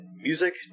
music